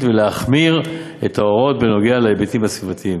ולהחמיר את ההוראות בנוגע להיבטים הסביבתיים.